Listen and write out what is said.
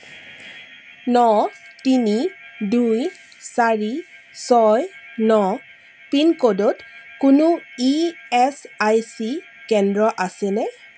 ন তিনি দুই চাৰি ছয় ন পিনক'ডত কোনো ই এছ আই চি কেন্দ্ৰ আছেনে